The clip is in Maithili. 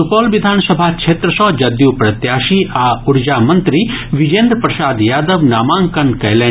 सुपौल विधानसभा क्षेत्र मे जदयू प्रत्याशी आ ऊर्जा मंत्री विजेन्द्र प्रसाद यादव नामांकन कयलनि